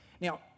Now